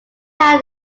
time